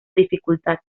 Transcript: dificultad